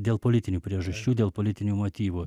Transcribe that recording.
dėl politinių priežasčių dėl politinių motyvų